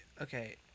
okay